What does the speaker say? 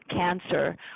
cancer